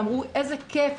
אמרנו: איזה כייף,